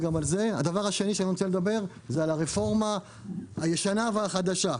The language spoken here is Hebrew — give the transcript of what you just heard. על הרפורמה הישנה והחדשה.